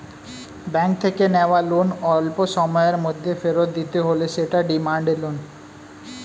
bank থেকে নেওয়া loan অল্পসময়ের মধ্যে ফেরত দিতে হলে সেটা ডিমান্ড লোন